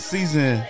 Season